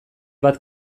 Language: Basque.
bat